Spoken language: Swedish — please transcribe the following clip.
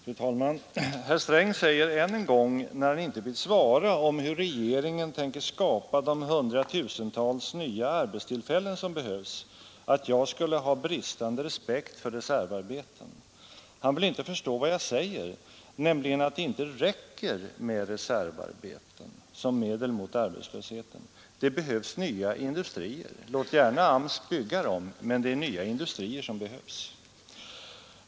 Fru talman! Herr Sträng säger än en gång, när han inte vill svara på hur regeringen tänker skapa de hundratusentals nya arbetstillfällen som behövs, att jag skulle ha bristande respekt för reservarbeten. Han vill inte förstå vad jag säger, nämligen att det inte räcker med reservarbeten som medel mot arbetslösheten. Det behövs nya industrier. Låt gärna AMS bygga dem, men det är nya industrier som behövs.